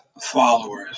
followers